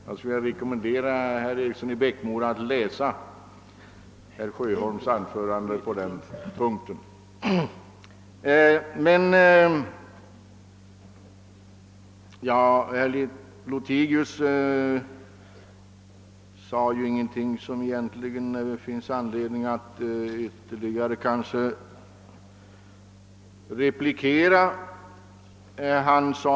Jag vill också rekommendera herr Eriksson i Bäckmora att läsa vad herr Sjöholm i ett anförande vid ett tidigare tillfälle givit uttryck åt på denna punkt. Herr Lothigius sade egentligen ingenting som det finns anledning att replikera på. En sak vill jag emellertid ta upp.